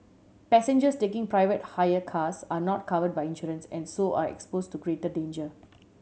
passengers taking private hire cars are not covered by insurance and so are expose to greater danger